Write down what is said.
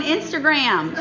Instagram